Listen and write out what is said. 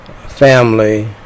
family